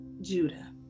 judah